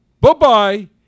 Bye-bye